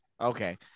Okay